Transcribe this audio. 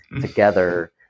together